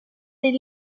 des